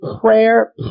prayer